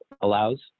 allows